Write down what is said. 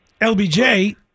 LBJ